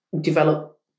develop